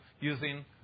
using